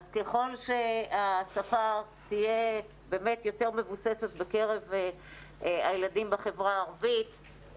אז ככל שהשפה תהיה יותר מבוססת בקרב הילדים בחברה הערבית,